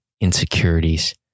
insecurities